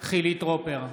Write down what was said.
חילי טרופר,